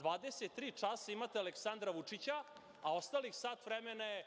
23 časa imate Aleksandra Vučića, a ostalih sat vremena je